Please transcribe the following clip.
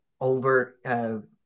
over